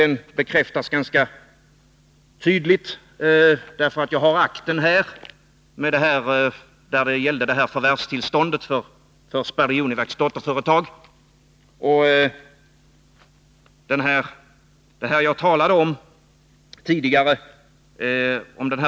Den bekräftas ganska tydligt av den akt som jag har här; den gäller förvärvstillståndet för Sperry Univacs dotterföretag.